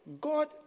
god